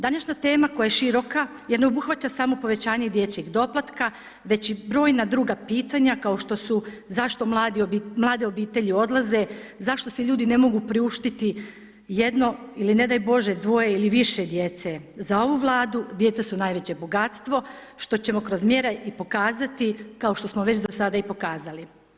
Današnja tema koja je široka jer ne obuhvaća samo povećanje dječjeg doplatka već i brojna druga pitanja kao što su zašto mlade obitelji odlaze, zašto si ljudi ne mogu priuštiti jedno ili ne daj Bože dvoje ili više djece, za ovu Vladu djeca su najveće bogatstvo što ćemo kroz mjere i pokazati kao što smo već do sada i pokazali.